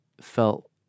felt